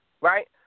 Right